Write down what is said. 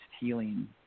healing